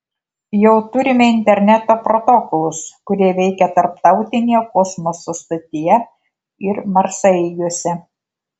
jau turime interneto protokolus kurie veikia tarptautinėje kosmoso stotyje ir marsaeigiuose